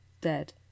dead